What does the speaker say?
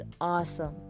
awesome